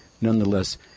Nonetheless